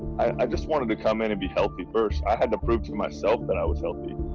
i just wanted to come in and be healthy first. i had to prove to myself that i was healthy.